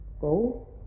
go